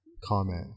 comment